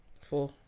Four